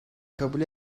kabul